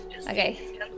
Okay